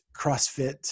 CrossFit